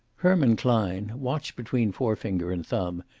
herman klein, watch between forefinger and thumb,